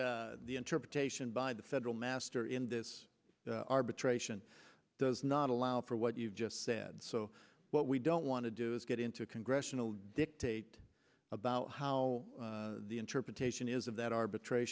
that the interpretation by the federal master in this arbitration does not allow for what you've just said so what we don't want to do is get into a congressional dictate about how the interpretation is of that arbitra